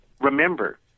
remember